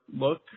look